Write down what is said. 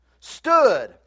stood